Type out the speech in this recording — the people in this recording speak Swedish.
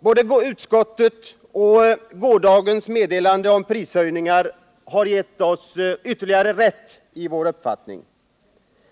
Både utskottsbetänkandet och gårdagens meddelande om prishöjningar har gett oss ännu mera rätt i vår uppfatt